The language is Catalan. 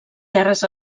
terres